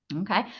Okay